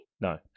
No